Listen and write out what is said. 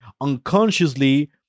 Unconsciously